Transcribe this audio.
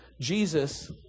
Jesus